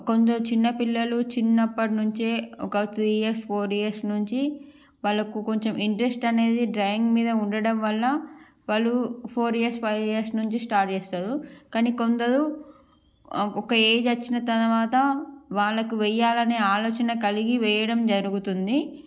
కొంచెం చిన్న పిల్లలు చిన్నప్పటి నుంచే ఒక త్రీ ఇయర్స్ ఫోర్ ఇయర్స్ నుంచి వాళ్ళకు కొంచెం ఇంట్రెస్ట్ అనేది డ్రాయింగ్ మీద ఉండడం వల్ల వాళ్ళు ఫోర్ ఇయర్స్ ఫైవ్ ఇయర్స్ నుంచి స్టార్ట్ చేస్తారు కానీ కొందరు ఒక ఏజ్ వచ్చిన తరువాత వాళ్ళకు వేయాలనే ఆలోచన కలిగి వేయడం జరుగుతుంది